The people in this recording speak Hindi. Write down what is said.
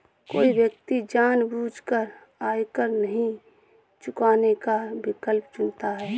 कोई व्यक्ति जानबूझकर आयकर नहीं चुकाने का विकल्प चुनता है